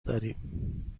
داریم